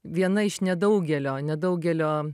viena iš nedaugelio nedaugelio